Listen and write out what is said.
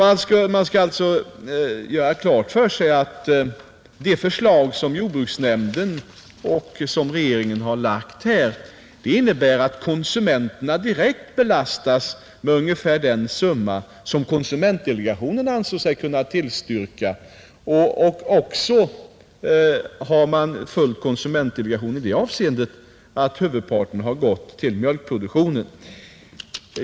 Man bör alltså göra klart för sig att det förslag som jordbruksnämnden utarbetat och regeringen framlagt innebär att konsumenterna direkt belastas med ungefär det belopp som konsumentdelegationen anser sig kunna tillstyrka. Man har också följt konsumentdelegationens rekom mendation i det avseendet, att huvudparten av medlen går till mjölkproduktionen.